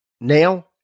Now